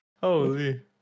Holy